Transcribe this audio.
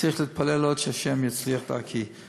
צריך להתפלל עוד שה' יצליח דרכי.